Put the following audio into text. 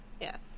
Yes